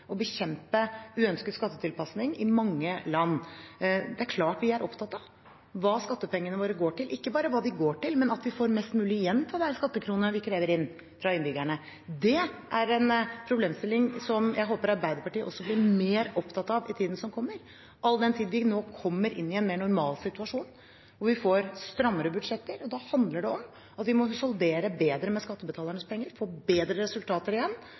å bekjempe uønsket skattetilpasning i mange land. Det er klart vi er opptatt av hva skattepengene våre går til – ikke bare hva de går til, men at vi får mest mulig igjen for de skattekronene vi krever inn fra innbyggerne. Det er en problemstilling som jeg håper Arbeiderpartiet også blir mer opptatt av i tiden som kommer, all den tid vi nå kommer inn i en mer normalsituasjon og får strammere budsjetter. Da handler det om at vi må husholdere bedre med skattebetalernes penger, få bedre resultater igjen,